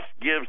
gives